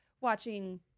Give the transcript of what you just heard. watching